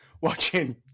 watching